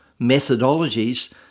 methodologies